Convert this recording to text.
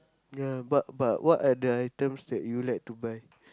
ya but but what are the items that you like to buy